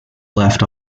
left